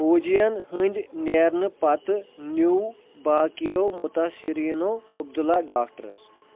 فوجی یَن ہٕنٛدۍ نیرنہٕ پتہٕ نِیٛوٗ باقٕیو مُتٲثِریٖنو عبداللہ ڈاکٹَرس